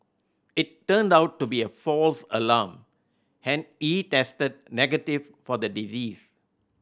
it turned out to be a false alarm and he tested negative for the disease